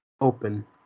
open